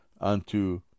unto